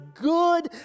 good